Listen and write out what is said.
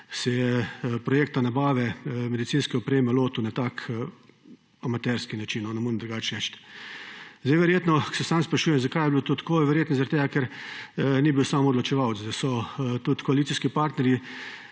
se je projekta nabave medicinske opreme lotil na tak amaterski način, ne morem drugače reči. Verjetno se sam sprašuje, zakaj je bilo to tako. Verjetno zaradi tega, ker ni bil samoodločevalec, da so tudi koalicijski partnerji